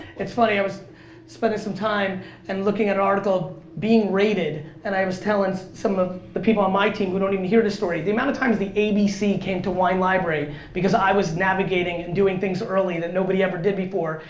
it's funny, i was spending some time and looking at an article being rated and i was telling some of the people on my team, who don't even hear this story, the amount of times the abc came to wine library because i was navigating and doing things early that nobody ever did before,